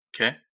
Okay